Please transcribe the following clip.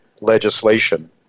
legislation